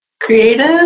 creative